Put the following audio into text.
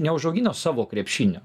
neužaugino savo krepšinio